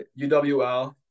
UWL